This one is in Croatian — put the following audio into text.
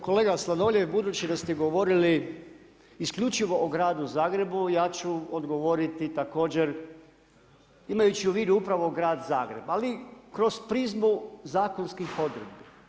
Evo kolega Sladoljev, budući da ste govorili isključivo o gradu Zagrebu, ja ću odgovoriti također imajući u vidu upravo grad Zagreb, ali kroz prizmu zakonskih odredbi.